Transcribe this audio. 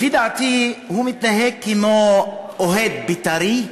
לפי דעתי מתנהג כמו אוהד בית"רי,